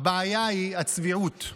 הבעיה היא הצביעות,